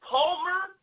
Palmer